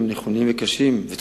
הם נכונים וצודקים,